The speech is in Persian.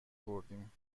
بردیم